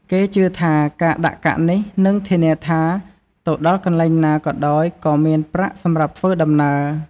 គេជឿថា ការដាក់កាក់នេះនឹថធានាថា ទៅដល់កន្លែងណាក៏ដោយក៏មានប្រាក់សម្រាប់ធ្វើដំណើរ។